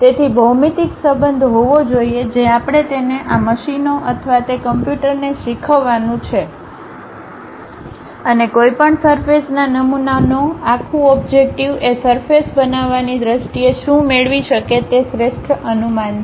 તેથી ભૌમિતિક સંબંધ હોવો જોઈએ જે આપણે તેને આ મશીનો અથવા તે કમ્પ્યુટરને શીખવવાનું છે અને કોઈપણ સરફેસ ના નમૂનાનો આખું ઓબ્જેક્ટીવ એ સરફેસ બનાવવાની દ્રષ્ટિએ શું મેળવી શકે તે શ્રેષ્ઠ અનુમાન છે